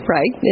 Right